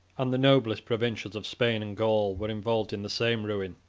and the noblest provincials of spain and gaul were involved in the same ruin.